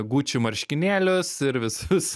guči marškinėlius ir visus